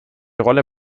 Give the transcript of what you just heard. rolle